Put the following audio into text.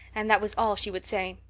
and that was all she would say.